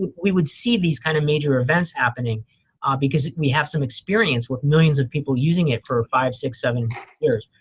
we would see these kind of major events happening because we have some experience with millions of people using it for five, six, seven years.